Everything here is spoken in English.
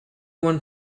one